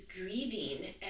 grieving